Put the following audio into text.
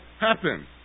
happen